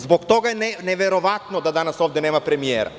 Zbog toga je neverovatno da danas ovde nema premijera.